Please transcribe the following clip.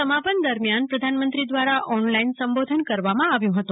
અમાપણ દરમિયાન પ્રધાનમંત્રી દ્વારા ઓનલાઇન સંબોધન કરવામાં આવ્યું છે